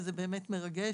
זה באמת מרגש.